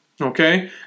okay